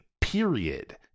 period